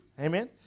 Amen